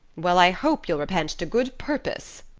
well, i hope you'll repent to good purpose,